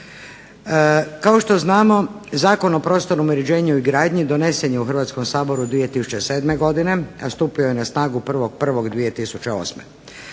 Kao što znamo Zakon o prostornom uređenju i gradnji donesen je u Hrvatskom saboru 2007. godine, a stupio je na snagu 1.1.2008.